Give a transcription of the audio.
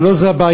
אבל לא זו הבעיה.